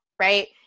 Right